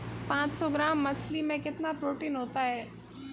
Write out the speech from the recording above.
पांच सौ ग्राम मछली में कितना प्रोटीन होता है?